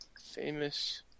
famous